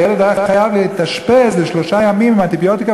הילד היה חייב להתאשפז לשלושה ימים ולקבל אנטיביוטיקה